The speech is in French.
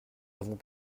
avons